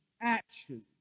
action